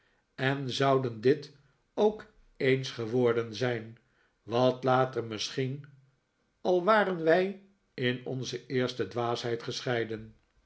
en zouden dit ook eens geworden zijn wat later misschien al waren wij in onze eerste dwaasheid gescheiden